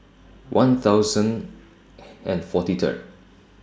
one thousand and forty Third